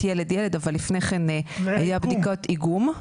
ילד-ילד אבל לפני כן היו בדיקות איגום.